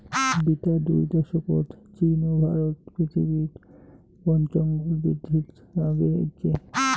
বিতা দুই দশকত চীন ও ভারত পৃথিবীত বনজঙ্গল বিদ্ধিত আগে আইচে